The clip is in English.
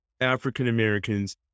African-Americans